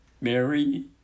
Mary